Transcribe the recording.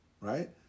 right